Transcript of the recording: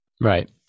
Right